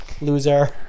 loser